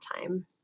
time